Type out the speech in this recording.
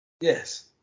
Yes